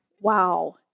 Wow